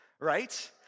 right